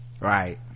right